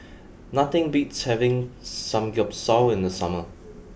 nothing beats having Samgyeopsal in the summer